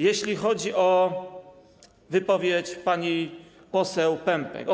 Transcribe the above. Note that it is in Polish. Jeśli chodzi o wypowiedź pani poseł Pępek,